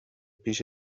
پیش